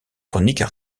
chroniques